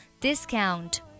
discount